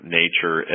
nature